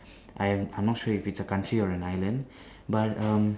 I am I'm not sure if it's a country or an island but um